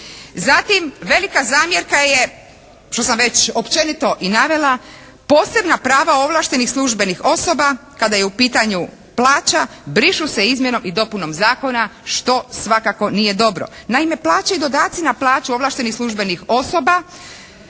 Zatim velika zamjerka je što sam već općenito i navela, posebna prava ovlaštenih službenih osoba kada je u pitanju plaća brišu se izmjenom i dopunom zakona što svakako nije dobro. Naime plaće i dodaci na plaću ovlaštenih službenih osoba